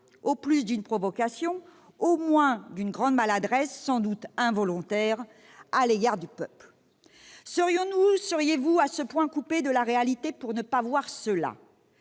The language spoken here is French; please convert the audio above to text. pas d'une provocation ou, au minimum, d'une grande maladresse, sans doute involontaire, à l'égard du peuple ? Serions-nous, seriez-vous, à ce point coupés de la réalité pour ne pas voir cela ?